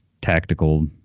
tactical